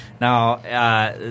Now